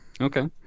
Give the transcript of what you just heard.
Okay